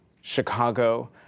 Chicago